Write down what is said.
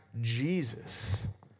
Jesus